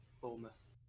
Bournemouth